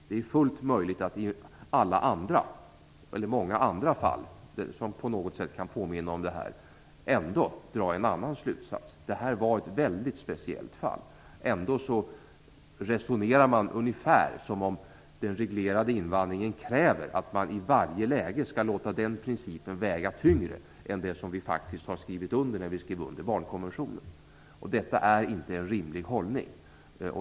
Det är fullt möjligt att i många andra fall, som på något sätt kan påminna om detta, ändå dra en annan slutsats. Det här var ett väldigt speciellt fall. Ändå resonerade man ungefär som om den reglerade invandringen kräver att man i varje läge skall låta den principen väga tyngre än den som vi faktiskt har skrivit under när vi skrev under barnkonventionen. Detta är inte en rimlig hållning.